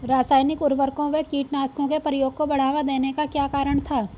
रासायनिक उर्वरकों व कीटनाशकों के प्रयोग को बढ़ावा देने का क्या कारण था?